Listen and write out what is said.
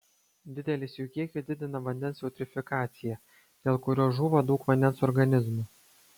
didelis jų kiekis didina vandens eutrofikaciją dėl kurios žūva daug vandens organizmų